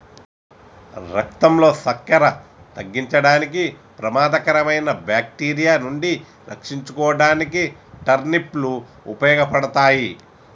రక్తంలో సక్కెర తగ్గించడానికి, ప్రమాదకరమైన బాక్టీరియా నుండి రక్షించుకోడానికి టర్నిప్ లు ఉపయోగపడతాయి